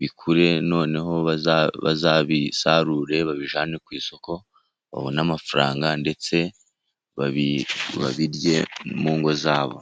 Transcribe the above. bikure, noneho bazabisarure, babijyane ku isoko, babone amafaranga, ndetse babirye mu ngo za bo.